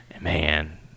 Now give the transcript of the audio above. Man